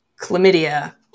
chlamydia